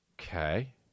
Okay